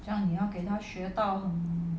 这样你要给他学到